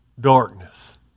darkness